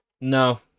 No